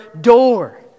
door